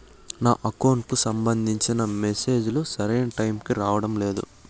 నా అకౌంట్ కు సంబంధించిన మెసేజ్ లు సరైన టైము కి రావడం లేదు